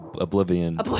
oblivion